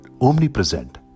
omnipresent